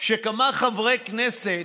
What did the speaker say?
שכמה חברי כנסת